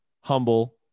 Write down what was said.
humble